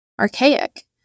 archaic